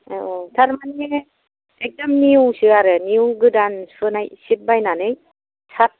औ औ थारमाने एकद'म निउ सो आरो निउ गोदान सुहोनाय शिट बायनानै शार्ट